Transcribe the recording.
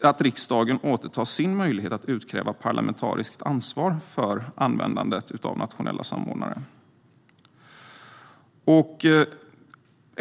att riksdagen återtar sin möjlighet att utkräva parlamentariskt ansvar för användandet av nationella samordnare.